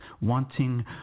wanting